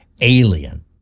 alien